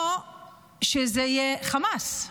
או שזה יהיה חמאס,